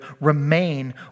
remain